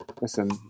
Listen